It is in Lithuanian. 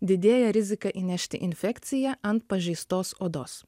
didėja rizika įnešti infekciją ant pažeistos odos